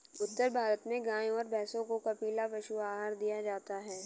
उत्तर भारत में गाय और भैंसों को कपिला पशु आहार दिया जाता है